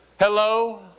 Hello